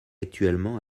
actuellement